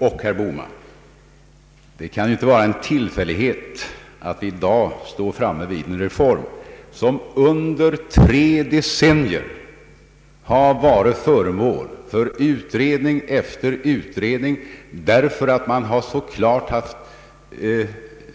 Det kan, herr Bohman, inte vara en tillfällighet att vi i dag står framme vid en reform som under tre decennier varit föremål för utredning efter utredning. Man har med tiden fått klart för